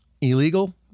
illegal